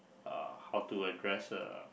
uh or to address uh